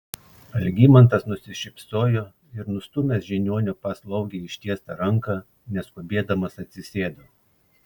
algimantas nusišypsojo ir nustūmęs žiniuonio paslaugiai ištiestą ranką neskubėdamas atsisėdo